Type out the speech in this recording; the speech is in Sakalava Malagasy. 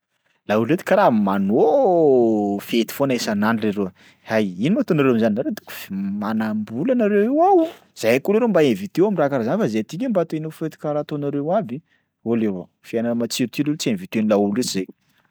Laolo reto karaha manao fety foana isan'andro leroa. Hay, ino moa ataonareo am'zany nareo donko f- manam-bola anareo reo ao, zahay koa leroa mba inviter-o am'raha karaha zany fa zahay ty nge mba te nao fety karaha ataonareo aby. Oh leroa fiainana matsiro ty leroa tsy inviten'ny laolo reto zahay.